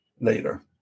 Later